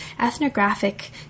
ethnographic